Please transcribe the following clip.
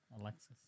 Alexis